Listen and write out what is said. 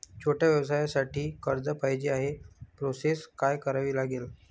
छोट्या व्यवसायासाठी कर्ज पाहिजे आहे प्रोसेस काय करावी लागेल?